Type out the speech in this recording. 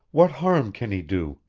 what harm can he do?